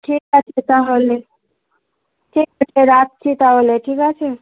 ঠিক আছে তাহলে ঠিক আছে রাখছি তাহলে ঠিক আছে